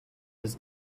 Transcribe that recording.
was